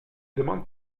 demandes